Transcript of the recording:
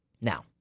now